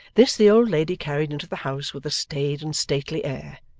this, the old lady carried into the house with a staid and stately air,